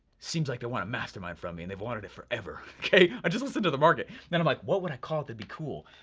seems like they want a mastermind from me and they've wanted it forever. okay, i just listen to the market. then i'm like, what would i call it that would be cool?